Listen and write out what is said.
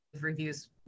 reviews